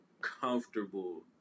comfortable